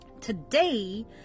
today